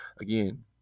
again